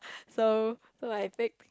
so like back